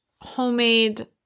homemade